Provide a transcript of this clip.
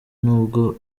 nubwo